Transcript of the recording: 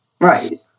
Right